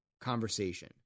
conversation